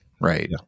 right